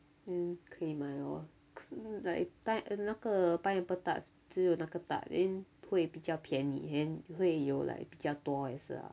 mm 可以买 lor 可是 like 那个 pineapple tarts 只有那个 tart then 会比较便宜 then 会有 like 比较多也是啊